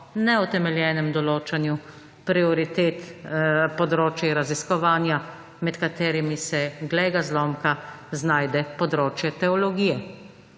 neutemeljenem določanju prioritet področij raziskovanja, med katerimi se, glej ga zlomka, znajde področje teologije.